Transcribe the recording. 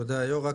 תודה, היו"ר.